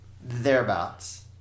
Thereabouts